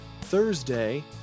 Thursday